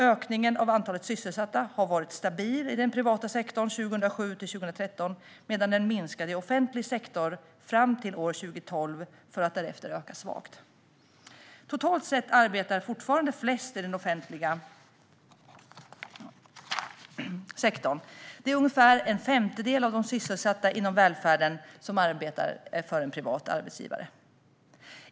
Ökningen av antalet sysselsatta i den privata sektorn var stabil 2007-2013, medan antalet minskade i offentlig sektor fram till 2012 för att därefter öka svagt. Totalt sett arbetar fortfarande flest i den offentliga sektorn. Ungefär en femtedel av de sysselsatta inom välfärden arbetar för en privat arbetsgivare.